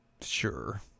Sure